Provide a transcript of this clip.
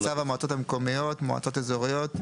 צו המועצות המקומיות (מועצות אזוריות),